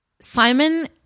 Simon